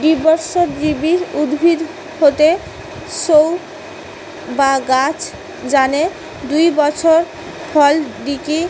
দ্বিবর্ষজীবী উদ্ভিদ হয়ঠে সৌ সব গাছ যানে দুই বছর ফল দিকি